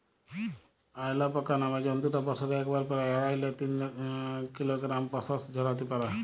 অয়ালাপাকা নামের জন্তুটা বসরে একবারে পেরায় আঢ়াই লে তিন কিলগরাম পসম ঝরাত্যে পারে